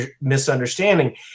misunderstanding